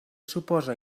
suposa